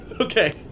Okay